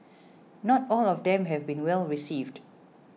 not all of them have been well received